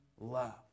love